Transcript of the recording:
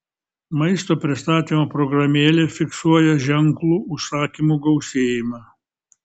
maisto pristatymo programėlė fiksuoja ženklų užsakymų gausėjimą